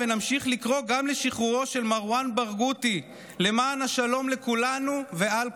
ונמשיך לקרוא גם לשחרורו של מרואן ברגותי למען השלום לכולנו ועל כולנו.